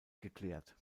geklärt